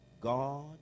God